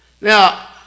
Now